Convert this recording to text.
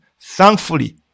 Thankfully